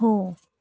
हो